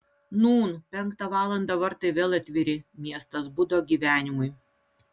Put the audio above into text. nūn penktą valandą vartai vėl atviri miestas budo gyvenimui